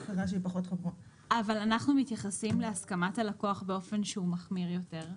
אבל אנחנו מתייחסים להסכמת הלקוח באופן שהוא מחמיר יותר.